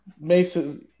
Mason